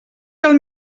cal